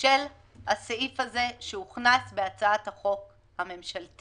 של הסעיף הזה שהוכנס בהצעת החוק הממשלתית.